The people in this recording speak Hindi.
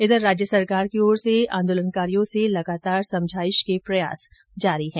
उधर राज्य सरकार की ओर से आंदोलनकारियों से लगातार समझाइश के प्रयास जारी है